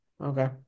okay